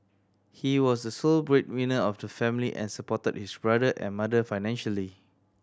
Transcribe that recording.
he was the sole breadwinner of the family and supported his brother and mother financially